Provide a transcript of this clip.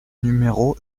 numéro